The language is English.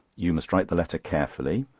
you must write the letter carefully.